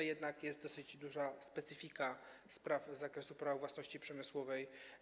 Jednak jest dosyć duża specyfika spraw z zakresu Prawa własności przemysłowej.